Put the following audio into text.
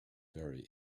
very